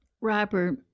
Robert